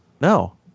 No